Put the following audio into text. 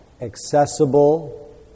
accessible